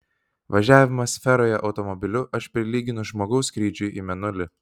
važiavimą sferoje automobiliu aš prilyginu žmogaus skrydžiui į mėnulį